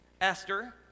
Esther